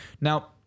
Now